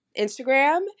Instagram